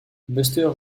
buster